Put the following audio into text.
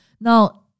Now